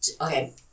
Okay